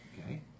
Okay